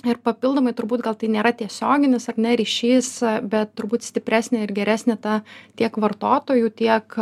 ir papildomai turbūt gal tai nėra tiesioginis ar ne ryšys bet turbūt stipresnė ir geresnė ta tiek vartotojų tiek